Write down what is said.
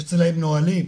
יש אצלם נהלים.